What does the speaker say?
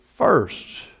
first